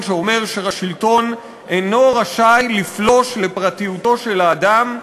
שאומר שהשלטון אינו רשאי לפלוש לפרטיותו של האדם,